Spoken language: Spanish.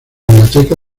biblioteca